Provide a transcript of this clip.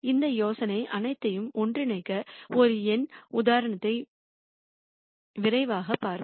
இந்த யோசனைகள் அனைத்தையும் ஒன்றிணைக்க ஒரு எண் உதாரணத்தை விரைவாக பார்ப்போம்